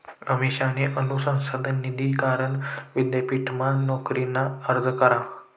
अमिषाने अनुसंधान निधी करण विद्यापीठमा नोकरीना अर्ज करा